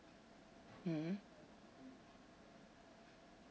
mmhmm